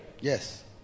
Yes